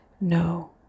No